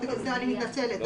אני מתנצלת.